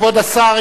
כבוד השר,